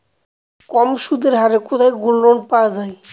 কম সুদের হারে কোথায় গোল্ডলোন পাওয়া য়ায়?